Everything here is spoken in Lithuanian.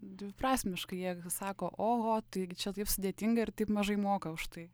dviprasmiškai jie sako oho taigi gi čia taip sudėtinga ir taip mažai moka už tai